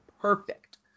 perfect